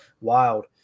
wild